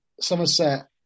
Somerset